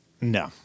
No